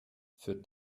für